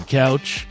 couch